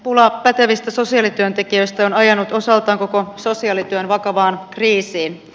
pula pätevistä sosiaalityöntekijöistä on ajanut osaltaan koko sosiaalityön vakavaan kriisiin